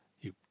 You